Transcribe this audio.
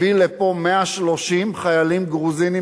הביא לפה 130 חיילים גרוזינים